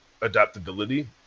adaptability